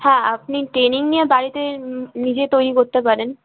হ্যাঁ আপনি ট্রেনিং নিয়ে বাড়িতে নিজে তৈরি করতে পারেন